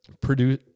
produce